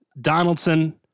Donaldson